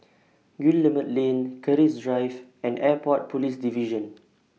Guillemard Lane Keris Drive and Airport Police Division